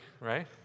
right